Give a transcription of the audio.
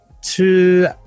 two